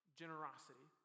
generosity